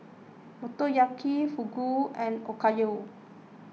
Motoyaki Fugu and Okayu